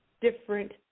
different